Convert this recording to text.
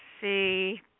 see